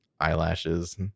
eyelashes